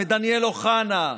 מדניאל אוחנה,